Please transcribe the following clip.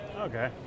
Okay